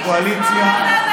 גלית, תודה.